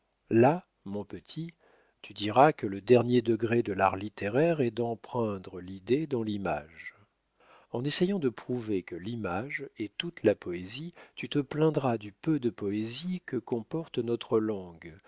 là mon petit tu diras que le dernier degré de l'art littéraire est d'empreindre l'idée dans l'image en essayant de prouver que l'image est toute la poésie tu te plaindras du peu de poésie que comporte notre langue